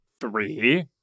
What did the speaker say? Three